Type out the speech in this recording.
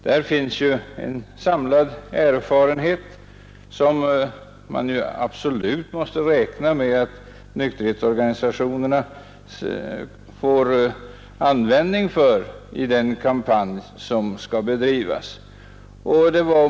Det finns ju en samlad erfarenhet som nykterhetsorganisationerna absolut bör få användning för i den kampanj som skall drivas.